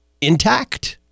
intact